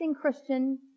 Christian